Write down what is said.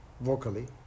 vocally